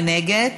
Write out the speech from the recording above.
מי נגד?